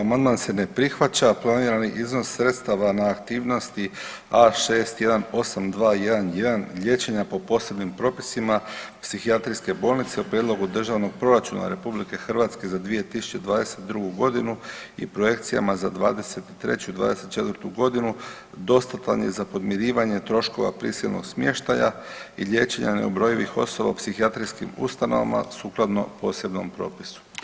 Amandman se ne prihvaća, planirani iznos sredstava na aktivnosti A618211 liječenja po posebnim propisima psihijatrijske bolnice u prijedlogu Državnog proračuna RH za 2022.g. i projekcijama za '23. i '24. godinu dostatan je za podmirivanje troškova prisilnog smještaja i liječenja neubrojivih osoba u psihijatrijskim ustanovama sukladno posebnom propisu.